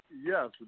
Yes